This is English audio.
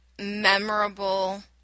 memorable